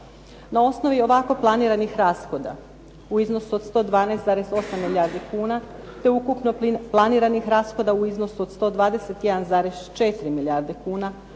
Na osnovi ovako planiranih rashoda u iznosu od 112,8 milijardi kuna te ukupno planiranih rashoda u iznosu od 121,4 milijarde kuna